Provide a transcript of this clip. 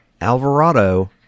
Alvarado